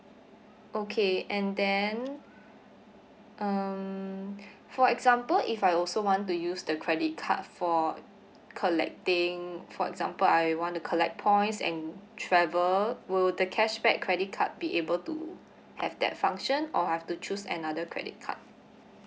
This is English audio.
okay and then um for example if I also want to use the credit card for collecting for example I want to collect points and travel will the cashback credit card be able to have that function or I've to choose another credit card